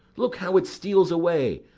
look how it steals away!